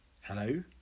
Hello